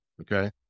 Okay